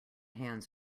hands